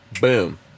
boom